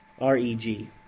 R-E-G